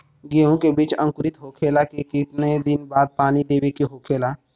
गेहूँ के बिज अंकुरित होखेला के कितना दिन बाद पानी देवे के होखेला?